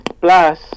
Plus